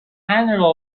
panel